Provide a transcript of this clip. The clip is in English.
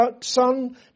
son